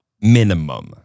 minimum